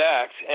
act